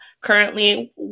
currently